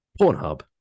Pornhub